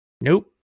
Nope